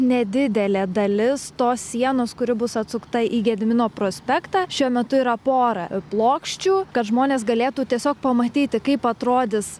nedidelė dalis tos sienos kuri bus atsukta į gedimino prospektą šiuo metu yra porą plokščių kad žmonės galėtų tiesiog pamatyti kaip atrodys